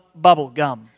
Bubblegum